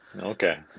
Okay